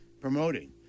promoting